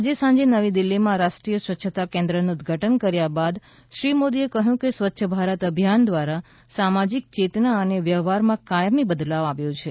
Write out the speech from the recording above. આજે સાંજે નવી દિલ્હીમાં રાષ્ટ્રીય સ્વચ્છતા કેન્દ્રનું ઉદ્દઘાટન કર્યા બાદ શ્રી મોદીએ કહ્યું કે સ્વચ્છ ભારત અભિયાન દ્વારા સામાજીક ચેતના અને વ્યવહારમાં કાયમી બદલાવ આવ્યો છે